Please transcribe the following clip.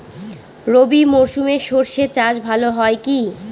রবি মরশুমে সর্ষে চাস ভালো হয় কি?